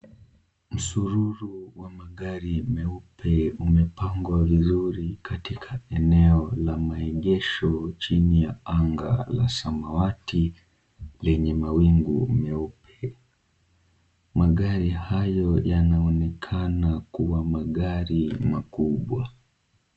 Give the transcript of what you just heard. Msururu wa magari meupe umepangwa vizuri katika eneo la maegesho chini ya anga la samawati lenye mawingu meupe, magari hayo yanaonekana kuwa magari makubwa.